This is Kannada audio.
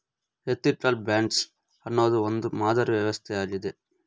ಎಥಿಕಲ್ ಬ್ಯಾಂಕ್ಸ್ ಅನ್ನೋದು ಒಂದು ಮಾದರಿ ವ್ಯವಸ್ಥೆ ಆಗಿದೆ